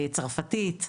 צרפתית.